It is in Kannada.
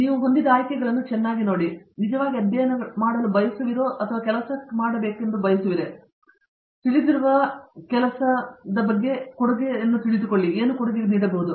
ನೀವು ಹೊಂದಿದ ಆಯ್ಕೆಗಳನ್ನು ನೀವು ನೋಡುತ್ತೀರಿ ಹೆಚ್ಚಿನ ವಿದ್ಯಾರ್ಥಿಗಳು ನಿಜವಾಗಿ ಹೆಚ್ಚಿನ ಅಧ್ಯಯನಗಳು ಮಾಡಲು ಬಯಸುತ್ತಾರೆಯೇ ಅಥವಾ ಕೆಲಸಕ್ಕೆ ಹೋಗಬೇಕೆ ಎಂದು ಬಯಸುತ್ತೀರಾ ನಿಮಗೆ ತಿಳಿದಿರುವ ಕೆಲಸದ ಕೊಡುಗೆ ಇರಬಹುದು